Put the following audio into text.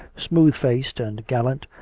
smooth faced and gallant,